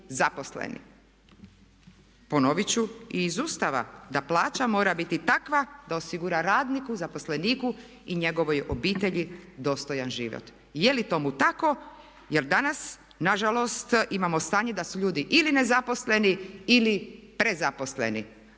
zaposleni? Ponovit ću i iz Ustava da plaća mora biti takva da osigura radniku, zaposleniku i njegovoj obitelji dostojan život. Je li tomu tako, jer danas nažalost imamo stanje da su ljudi ili nezaposleni ili prezaposleni,